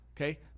okay